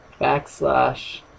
backslash